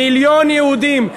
מיליון יהודים,